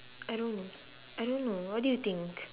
I don't know I don't know what do you think